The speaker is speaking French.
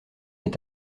est